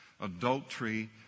Adultery